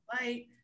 light